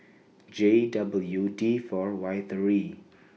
J W D four Y three